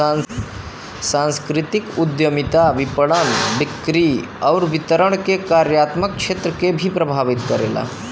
सांस्कृतिक उद्यमिता विपणन, बिक्री आउर वितरण के कार्यात्मक क्षेत्र के भी प्रभावित करला